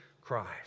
Christ